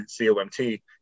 COMT